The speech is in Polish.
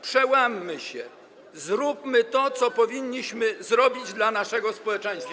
Przełammy się, zróbmy to, co powinniśmy zrobić dla naszego społeczeństwa.